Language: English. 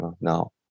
now